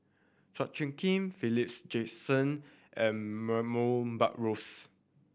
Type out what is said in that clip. Chua Soo Khim Philip Jackson and Buttrose